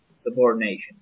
subordination